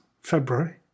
February